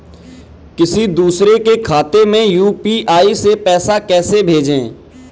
किसी दूसरे के खाते में यू.पी.आई से पैसा कैसे भेजें?